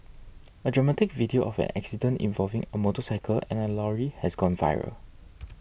a dramatic video of an accident involving a motorcycle and a lorry has gone viral